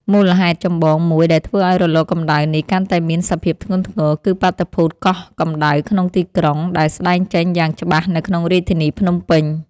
មូលហេតុចម្បងមួយដែលធ្វើឱ្យរលកកម្ដៅនេះកាន់តែមានសភាពធ្ងន់ធ្ងរ គឺបាតុភូតកោះកម្ដៅក្នុងទីក្រុង ដែលស្តែងចេញយ៉ាងច្បាស់នៅក្នុងរាជធានីភ្នំពេញ។